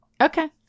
okay